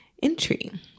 entry